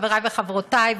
חברי וחברותי,